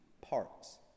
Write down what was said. parts